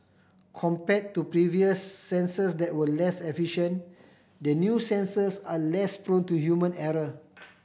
compared to previous sensors that were less efficient the new sensors are less prone to human error